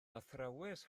athrawes